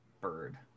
bird